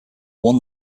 one